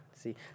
see